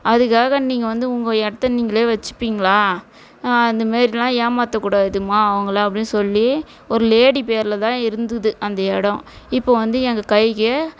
அதுக்காக நீங்கள் வந்து உங்கள் இடத்த நீங்களே வச்சுப்பீங்களா அந்தமாரிலாம் ஏமாத்தக்கூடாதும்மா அவங்கள அப்படின்னு சொல்லி ஒரு லேடி பேரில் தான் இருந்துது அந்த இடம் இப்போ வந்து எங்கள் கைக்கே